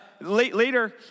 Later